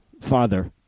Father